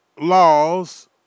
laws